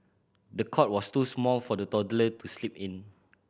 the cot was too small for the toddler to sleep in